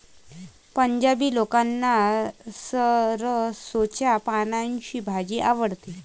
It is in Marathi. पंजाबी लोकांना सरसोंच्या पानांची भाजी आवडते